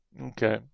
Okay